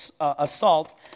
assault